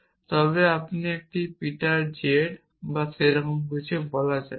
সুতরাং একটি আমাদের পিটার z বা যে মত কিছু বলা যাক